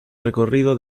recorrido